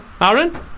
Aaron